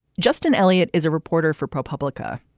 justin elliott is a reporter for propublica,